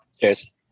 Cheers